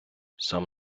сам